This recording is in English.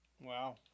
Wow